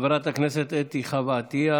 חברת הכנסת אתי חוה עטייה.